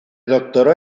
doctoró